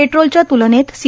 पेट्रोलच्या त्लनेत सी